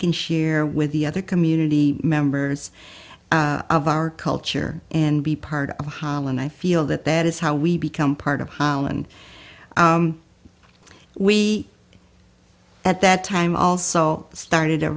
can share with the other community members of our culture and be part of holland i feel that that is how we become part of holland we at that time i also started a